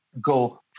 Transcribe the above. go